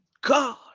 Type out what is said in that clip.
God